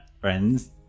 friends